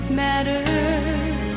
matters